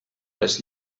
les